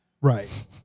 Right